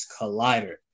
Collider